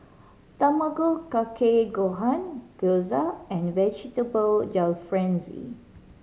Tamago Kake Gohan Gyoza and Vegetable Jalfrezi